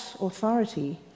authority